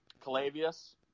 Calavius